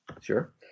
Sure